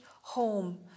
home